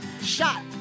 shot